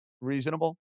reasonable